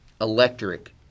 electric